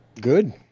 good